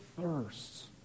thirsts